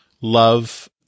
love